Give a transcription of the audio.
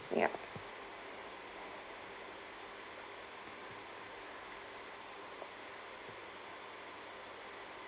yup